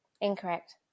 Incorrect